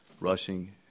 rushing